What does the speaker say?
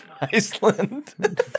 Iceland